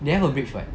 they have a